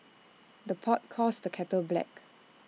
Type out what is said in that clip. the pot calls the kettle black